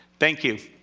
thank you.